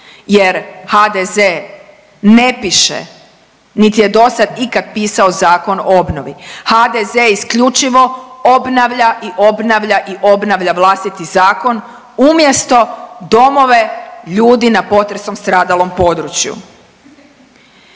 jer HDZ ne piše niti je dosad ikad pisao zakon o obnovi. HDZ isključivo obnavlja i obnavlja i obnavlja vlastiti zakon umjesto domove ljudi na potresom stradalom području.